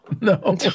no